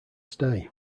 stay